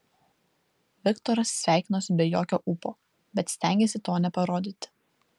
viktoras sveikinosi be jokio ūpo bet stengėsi to neparodyti